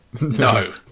no